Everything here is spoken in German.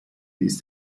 ist